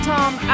Tom